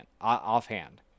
offhand